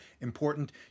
important